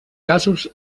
casos